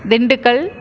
Dindigul